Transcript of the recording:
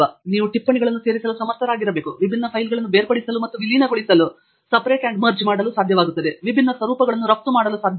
ನೀವು ಟಿಪ್ಪಣಿಗಳನ್ನು ಸೇರಿಸಲು ಸಮರ್ಥರಾಗಿರಬೇಕು ವಿಭಿನ್ನ ಫೈಲ್ಗಳನ್ನು ಬೇರ್ಪಡಿಸಲು ಮತ್ತು ವಿಲೀನಗೊಳಿಸಲು ನಿಮಗೆ ಸಾಧ್ಯವಾಗುತ್ತದೆ ವಿಭಿನ್ನ ಸ್ವರೂಪಗಳನ್ನು ರಫ್ತು ಮಾಡಲು ಸಾಧ್ಯವಾಗುತ್ತದೆ